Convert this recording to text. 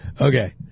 Okay